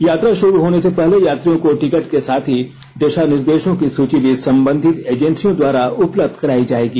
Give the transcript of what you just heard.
यात्रा शुरू होने से पहले यात्रियों को टिकट के साथ ही दिशा निर्देशों की सूची भी संबंधित एजेंसियों द्वारा उपलब्ध कराई जाएगी